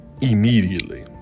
immediately